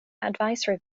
advisory